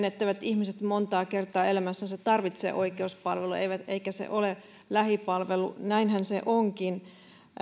etteivät ihmiset montaa kertaa elämässänsä tarvitse oikeuspalveluja eikä se ole lähipalvelu näinhän se onkin